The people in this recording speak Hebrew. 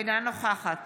אינה נוכחת